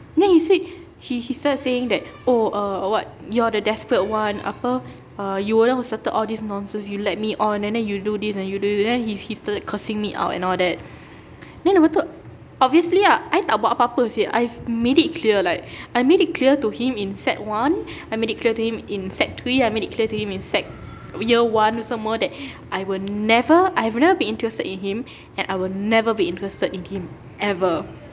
then he said he he started saying that oh err what you're the desperate one apa uh you are the one who started all this nonsense you led me on and then you do this and you do that then he he started cursing me out and all that then lepas tu obviously ah I tak buat apa-apa seh I've made it clear like I've made it clear to him in sec one I made it clear to him in sec three I made it clear to him in sec year one tu semua that I would never I've never been interested in him and I will never be interested in him ever